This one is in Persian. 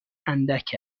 اندک